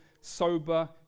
sober